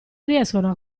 riescono